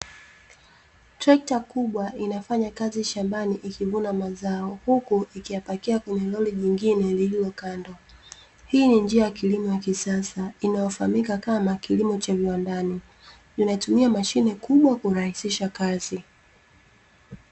Trekta kubwa linafanya kazi shambani likivuna mazao huku likiyapakia kwenye roli jingine lililo kando. Hii ni njia ya kilimo ya kisasa inafahamika kama kilimo cha viwandani, inatumia mashine kubwa kurahisisha kazi.